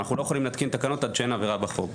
אנחנו לא יכולים להתקין תקנות עד שאין עבירה בחוק.